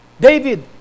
David